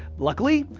luckily,